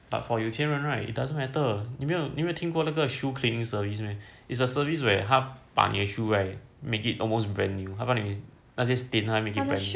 but for 有钱人 right it doesn't matter 你没有听过那个 shoe cleaning service meh it's a service where 他把你的 shoe right make it almost brand new 他让你那些 stain right make it brand new